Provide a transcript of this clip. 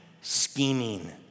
scheming